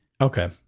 okay